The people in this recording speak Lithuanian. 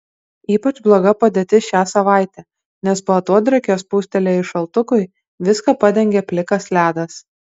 ypač bloga padėtis šią savaitę nes po atodrėkio spustelėjus šaltukui viską padengė plikas ledas